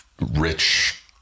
rich